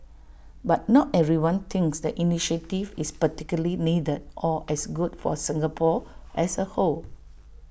but not everyone thinks the initiative is particularly needed or as good for Singapore as A whole